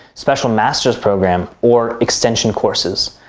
special master's program, or extension courses.